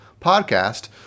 podcast